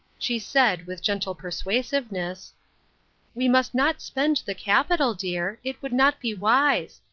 she said, with gentle persuasiveness we must not spend the capital, dear, it would not be wise.